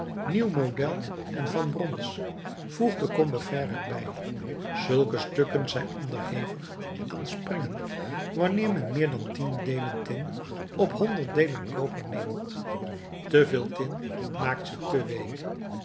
nieuw model en van brons voegde combeferre er bij zulke stukken zijn onderhevig aan springen wanneer men meer dan tien deelen tin op honderd deelen koper neemt te veel tin maakt ze te week